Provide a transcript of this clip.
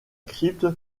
crypte